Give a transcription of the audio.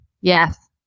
Yes